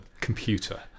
computer